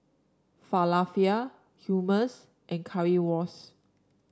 Falafel Hummus and Currywurst